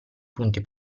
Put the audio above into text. punti